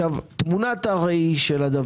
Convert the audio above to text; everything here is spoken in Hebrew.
תמונת הראי של זה